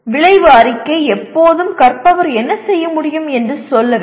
விளைவு அறிக்கை எப்போதும் கற்பவர் என்ன செய்ய முடியும் என்று சொல்ல வேண்டும்